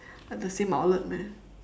at the same outlet meh